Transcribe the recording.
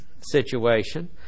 situation